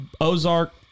Ozark